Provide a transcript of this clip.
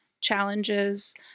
challenges